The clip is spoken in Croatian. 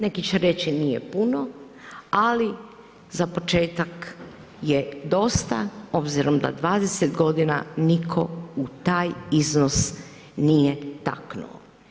Neki će reći nije puno, ali za početak je dosta, obzirom da 20 godina nitko u taj iznos nije taknuo.